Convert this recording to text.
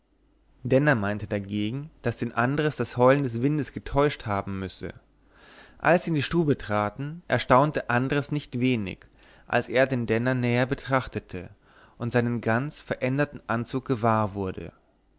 denner meinte dagegen daß den andres das heulen des windes getäuscht haben müsse als sie in die stube traten erstaunte andres nicht wenig als er den denner näher betrachtete und seinen ganz veränderten anzug gewahr wurde